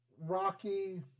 Rocky